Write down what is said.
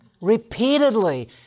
Repeatedly